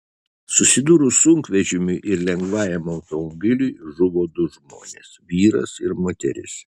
susidūrus sunkvežimiui ir lengvajam automobiliui žuvo du žmonės vyras ir moteris